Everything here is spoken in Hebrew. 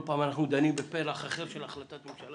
כל פעם אנחנו דנים בפלח אחר של החלטת הממשלה